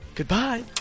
Goodbye